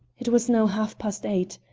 it was now half-past eight.